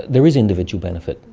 there is individual benefit.